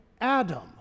Adam